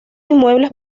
inmuebles